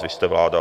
Vy jste vláda.